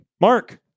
Mark